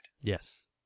Yes